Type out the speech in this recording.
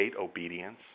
obedience